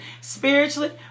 spiritually